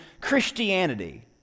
Christianity